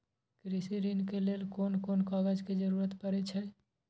कृषि ऋण के लेल कोन कोन कागज के जरुरत परे छै?